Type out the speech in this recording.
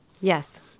Yes